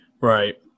Right